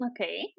Okay